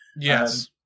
Yes